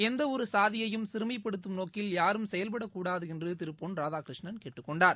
எந்த ஒரு சாதியையும் சிறுமைபடுத்தும் நோக்கில் யாரும் செயல்பட கூடாது என்று திரு பொன் ராதாகிருஷ்ணன் கேட்டுக்கொண்டார்